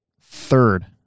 third